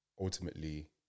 ultimately